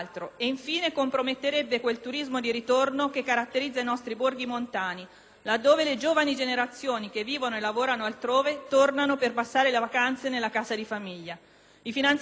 laddove le giovani generazioni, che vivono e lavorano altrove, tornano per passare le vacanze nella casa di famiglia. I finanziamenti ancora occorrenti per portare a termine la ricostruzione sono significativi.